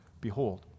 Behold